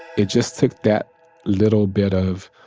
it just took that little bit of